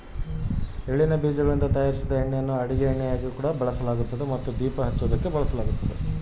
ಎಳ್ಳಿನ ಬೀಜಗಳಿಂದ ತಯಾರಿಸಿದ ಎಣ್ಣೆಯನ್ನು ಅಡುಗೆ ಎಣ್ಣೆಯಾಗಿ ಬಳಸಲಾಗ್ತತೆ